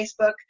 Facebook